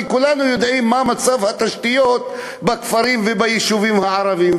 כי כולנו יודעים מה מצב התשתיות בכפרים וביישובים הערביים,